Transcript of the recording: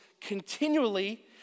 continually